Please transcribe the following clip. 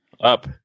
Up